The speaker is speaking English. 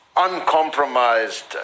uncompromised